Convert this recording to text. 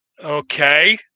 Okay